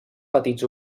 petits